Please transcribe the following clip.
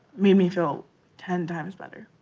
me me feel ten times better.